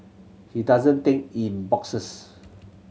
he doesn't think in boxes